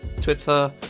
Twitter